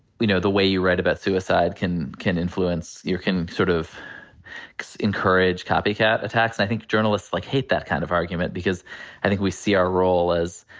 know, the way you write about suicide can can influence. you can sort of encourage copycat attacks. and i think journalists, like, hate that kind of argument because i think we see our role as,